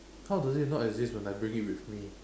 how do they not exist when I bring it with me